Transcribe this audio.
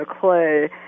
Clay